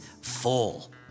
full